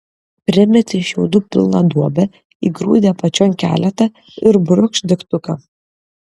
primeti šiaudų pilną duobę įgrūdi apačion keletą ir brūkšt degtuką